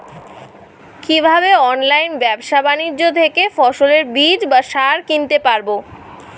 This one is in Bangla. কীভাবে অনলাইন ব্যাবসা বাণিজ্য থেকে ফসলের বীজ বা সার কিনতে পারবো?